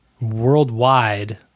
worldwide